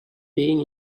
being